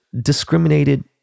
discriminated